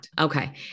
Okay